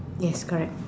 yes correct